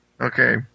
Okay